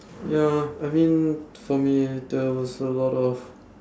ya I mean for me eh there was a lot of